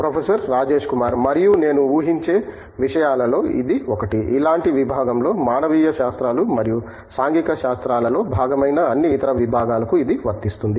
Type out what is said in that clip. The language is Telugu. ప్రొఫెసర్ రాజేష్ కుమార్ మరియు నేను ఉహించే విషయాలలో ఇది ఒకటి ఇలాంటి విభాగంలో మానవీయ శాస్త్రాలు మరియు సాంఘిక శాస్త్రాలలో భాగమైన అన్ని ఇతర విభాగాలకు ఇది వర్తిస్తుంది